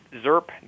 ZERP